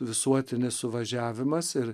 visuotinis suvažiavimas ir